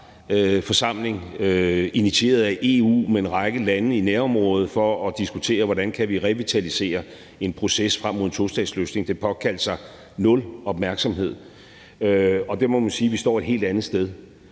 Generalforsamling, initieret af EU og med en række lande i nærområdet, for at diskutere, hvordan vi kan revitalisere en proces frem mod en tostatsløsning. Det påkaldte sig nul opmærksomhed. Der må man sige, at vi står et helt andet sted.